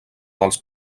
dels